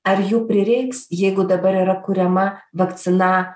ar jų prireiks jeigu dabar yra kuriama vakcina